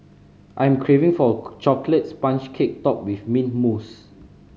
I am craving for a chocolate sponge cake topped with mint mousse